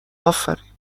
افرین